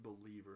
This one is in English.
believer